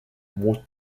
more